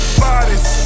bodies